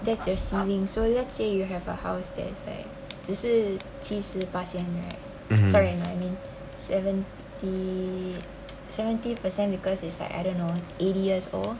that's your ceiling so let's say you have a house that's like 只是七十八先 right sorry I mean seventy seventy percent because it's like eighty years ago that's your loan